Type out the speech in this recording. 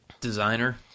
designer